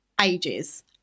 ages